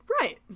Right